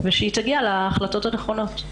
ושהיא תגיע להחלטות הנכונות.